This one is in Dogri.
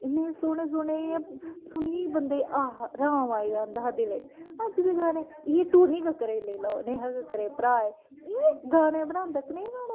इ'न्ने सोह्ने सोह्ने इ'यां सुनियै बंदे गी आ हा अराम आई जंदा हा दिले च अज्ज दे गाने इ'यै टोनी कक्कर गी लेई लेओ नेहा कक्कर दे भ्राऽ ऐ इ'यां गाने बनांदा कनेह् गाने बनांदा खोता जन